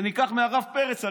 וניקח מהרב פרץ.